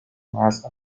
más